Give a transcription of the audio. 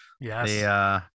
Yes